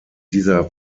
dieser